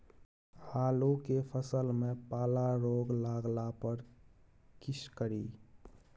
आलू के फसल मे पाला रोग लागला पर कीशकरि?